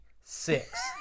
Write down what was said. six